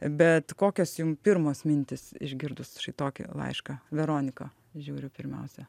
bet kokios jum pirmos mintys išgirdus šitokį laišką veronika žiūri pirmiausia